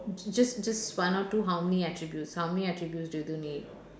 just just one or two how many attributes how many attributes do you need